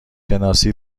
شناسی